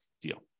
deal